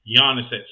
Giannis